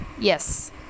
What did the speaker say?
Yes